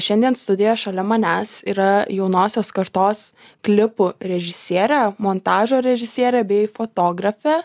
šiandien studijoje šalia manęs yra jaunosios kartos klipų režisierė montažo režisierė bei fotografė